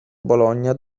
bologna